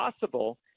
possible